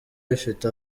bifite